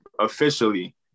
Officially